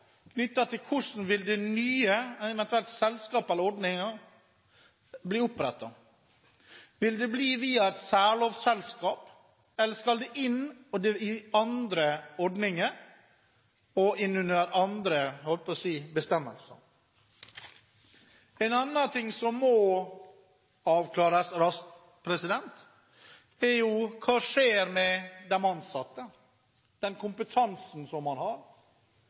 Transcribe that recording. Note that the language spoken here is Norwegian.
knyttet til hvordan den nye selskapsordningen blir opprettet. Vil det bli via et særlovsselskap, eller skal det inn i andre ordninger, andre bestemmelser? En annen ting som må avklares raskt, er hva som skjer med de ansatte og med den kompetansen de har. Videre har vi en ny problemstilling, og det gjelder fem selskap – tror jeg det er – som har